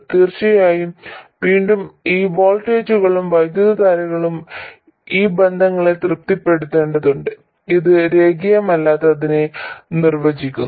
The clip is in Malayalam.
തീർച്ചയായും വീണ്ടും ഈ വോൾട്ടേജുകളും വൈദ്യുതധാരകളും ഈ ബന്ധങ്ങളെ തൃപ്തിപ്പെടുത്തേണ്ടതുണ്ട് അത് രേഖീയമല്ലാത്തതിനെ നിർവചിക്കുന്നു